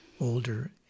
older